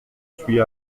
suis